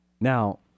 Now